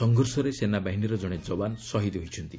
ସଂଘର୍ଷରେ ସେନାବାହିନୀର ଜଣେ ଯବାନ ଶହୀଦ୍ ହୋଇଛନ୍ତି